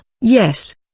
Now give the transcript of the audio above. yes